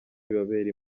bibabera